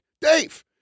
Dave